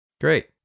Great